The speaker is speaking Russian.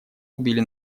убили